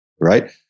right